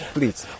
Please